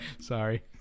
Sorry